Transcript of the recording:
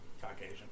Caucasian